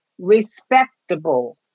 respectable